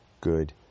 good